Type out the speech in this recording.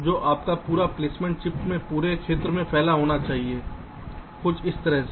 तो आपका पूरा प्लेसमेंट चिप के पूरे क्षेत्र में फैला होना चाहिए कुछ इस तरह से